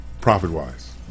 profit-wise